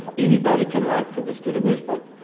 anybody can write for the student newspaper.